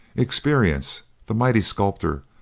experience, the mighty sculptor,